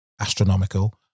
astronomical